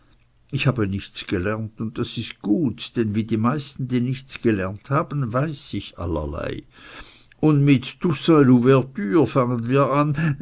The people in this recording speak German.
ich habe nichts gelernt und das ist gut denn wie die meisten die nichts gelernt haben weiß ich allerlei und mit toussaint l'ouverture fangen wir an